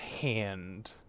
hand